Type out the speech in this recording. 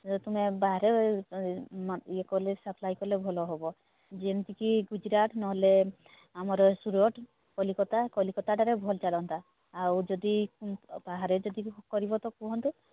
ତୁମେ ବାହାରେ କଲେ ଏ ସାପ୍ଲାଏ କଲେ ଭଲ ହବ ଯେମିତି କି ଗୁଜରାଟ ନହେଲେ ଆମର ସୁରଟ କଲିକତା କଲିକତାଟାରେ ଭଲ ଚାଲନ୍ତା ଆଉ ଯଦି ବାହାରେ ଯଦି କରିବ ତ କୁହନ୍ତୁ